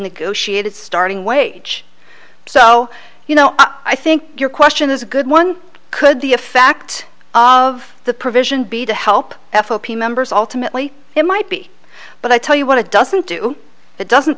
negotiated starting wage so you know i think your question is a good one could be a fact of the provision be to help fop members ultimately it might be but i tell you what it doesn't do it doesn't